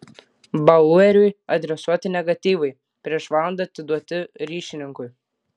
baueriui adresuoti negatyvai prieš valandą atiduoti ryšininkui